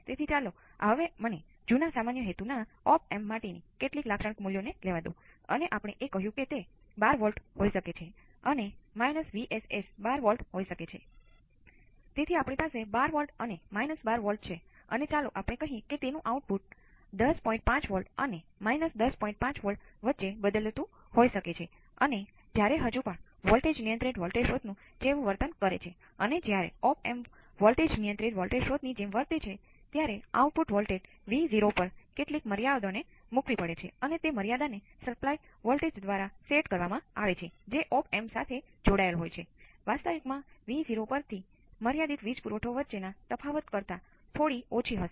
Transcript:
તેથી ચાલો મને આને Vs અને Is કહેવા દો મને હમણાં તેને ચલો તરીકે Vs ભાંગ્યા 2 Is ગુણ્યાં 1 કિલો Ω મળશે